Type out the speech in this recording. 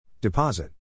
Deposit